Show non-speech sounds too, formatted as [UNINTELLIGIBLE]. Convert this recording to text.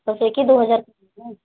बस एक ही दो हज़ार [UNINTELLIGIBLE]